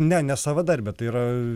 ne ne savadarbė tai yra